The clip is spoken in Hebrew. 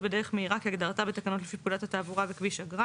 בדרך מהירה כהגדרתה בתקנות לפי פקודת התעבורה וכביש אגרה